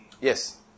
Yes